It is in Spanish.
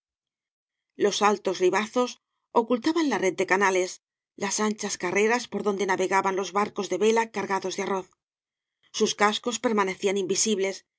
los altos ribazos ocultaban la red de canaieí las anchas carreras por donde navegaban los barcos de vela cargados de arroz sus cascos permanecían invisibles